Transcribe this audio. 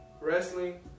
wrestling